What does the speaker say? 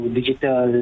digital